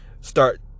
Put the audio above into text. start